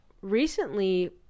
recently